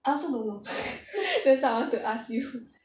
I also don't know that's why I want to ask you are